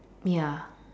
ya